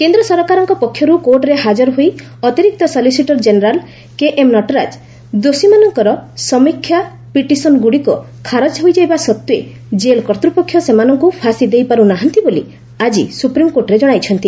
କେନ୍ଦ୍ରସରକାରଙ୍କ ପକ୍ଷରୁ କୋର୍ଟରେ ହାଜର ହୋଇ ଅତିରିକ୍ତ solicitor general K M Nataraj ଦୋଷୀମାନଙ୍କର ସମୀକ୍ଷା ପିଟିସନ ଗୁଡ଼ିକ ଖାରଜ ହୋଇଯିବା ସତ୍ତ୍ୱେ ଜେଲ୍ କର୍ତ୍ତୂପକ୍ଷ ସେମାନଙ୍କୁ ଫାଶୀ ଦେଇପାରୁନାହାନ୍ତି ବୋଲି ଆକି ସୁପ୍ରିମକୋର୍ଟରେ ଜଣାଇଛନ୍ତି